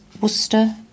Worcester